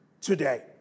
today